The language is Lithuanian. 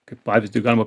kaip pavyzdį galima